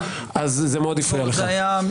זה מאוד הפריע לך.